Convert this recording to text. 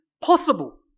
possible